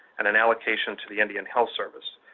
and an allocation to the indian health service.